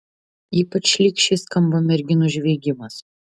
ypač šlykščiai skamba merginų žviegimas